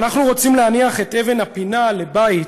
"אנחנו רוצים להניח את אבן הפינה לבית